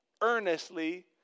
earnestly